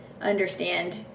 understand